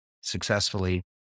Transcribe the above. successfully